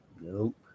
Nope